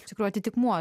tikrų atitikmuo